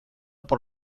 por